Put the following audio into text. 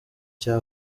cya